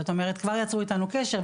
זאת אומרת כבר יצרו איתנו קשר,